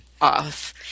off